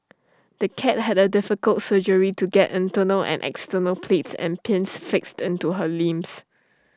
the cat had A difficult surgery to get internal and external plates and pins fixed into her limbs